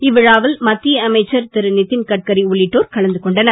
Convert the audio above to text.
இவ்விழாவில் மத்திய அமைச்சர் திரு நிதின்கட்காரி உள்ளிட்டோர் கலந்து கொண்டனர்